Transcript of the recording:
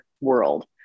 world